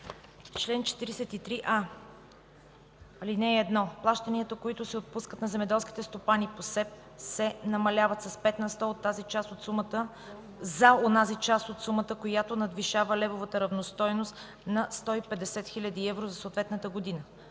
и 43в: „Чл. 43а. (1) Плащанията, които се отпускат на земеделски стопани по СЕПП, се намаляват с 5 на сто за онази част от сумата, която надвишава левовата равностойност на 150 000 евро за съответната година.